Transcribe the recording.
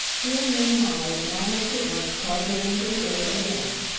dear me nodded and almost at once started into the air again.